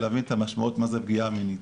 להבין את המשמעות מה זה פגיעה מינית.